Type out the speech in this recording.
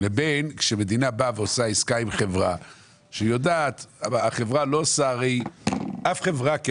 יש הבדל בין חברה לבין זה שהמדינה באה ועושה עסקה עם חברה.